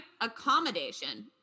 Accommodation